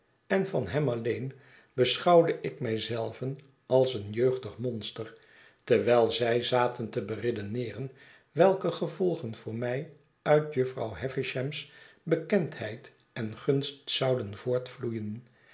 en van hem alleen beschouwde ik mij zelven als een jeugdig monster terwijl zij zaten te beredeneeren welke gevolgen voor mij uit jufvrouw havisham's bekendheid en gunst zouden